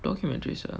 documentaries ah